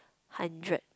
hundred